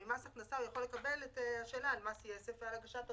הוא יכול לקבל ממס ההכנסה את השאלה על מס יסף ועל הגשת הדוחות,